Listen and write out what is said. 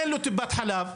אין לו טיפת חלב,